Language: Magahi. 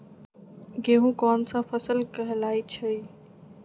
गेहूँ कोन सा फसल कहलाई छई?